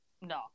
no